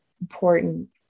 important